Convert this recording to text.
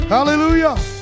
Hallelujah